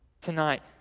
tonight